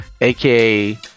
aka